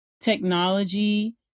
technology